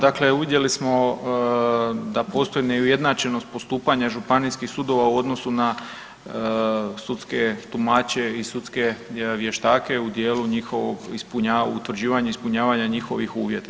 Dakle uvidjeli smo da postoji neujednačenost postupanja županijskih sudova u odnosu na sudske tumače i sudske vještake u dijelu njihovog utvrđivanja ispunjavanja njihovih uvjeta.